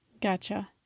Gotcha